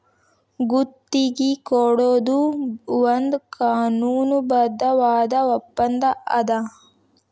ಗುತ್ತಿಗಿ ಕೊಡೊದು ಒಂದ್ ಕಾನೂನುಬದ್ಧವಾದ ಒಪ್ಪಂದಾ ಅದ